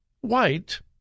white